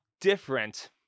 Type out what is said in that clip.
different